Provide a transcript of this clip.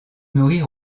nourrir